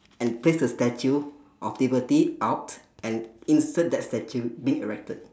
and place the statue of liberty out and insert that statue being erected